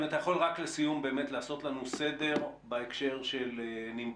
אם אתה יכול רק לסיום באמת לעשות לנו סדר בהקשר של נימבוס.